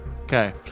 Okay